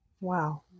Wow